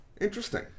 Interesting